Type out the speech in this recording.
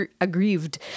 aggrieved